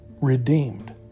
redeemed